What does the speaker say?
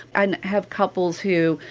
and have couples who,